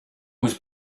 was